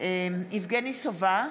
יבגני סובה,